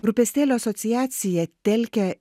rūpestėlio asociacija telkia